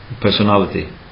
personality